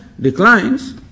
declines